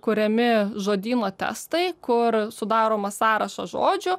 kuriami žodyno testai kur sudaromas sąrašas žodžių